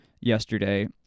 yesterday